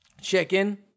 Chicken